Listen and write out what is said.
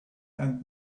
and